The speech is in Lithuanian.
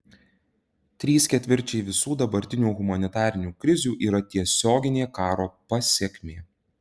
trys ketvirčiai visų dabartinių humanitarinių krizių yra tiesioginė karo pasekmė